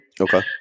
Okay